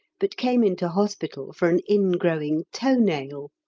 but came into hospital for an ingrowing toe nail!